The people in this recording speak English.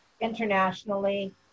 internationally